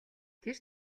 тэр